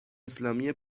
اسلامی